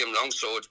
Longsword